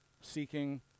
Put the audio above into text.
seeking